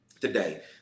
today